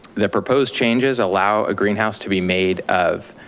the proposed changes allow a greenhouse to be made of